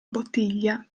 bottiglia